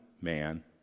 man